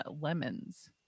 lemons